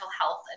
health